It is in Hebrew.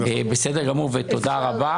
בסדר גמור ותודה רבה.